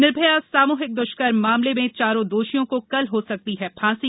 निर्भया सामुहिक दुष्कर्म मामले में चारों दोषियों को कल हो सकती है फांसी